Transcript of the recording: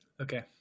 Okay